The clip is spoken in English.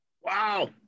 Wow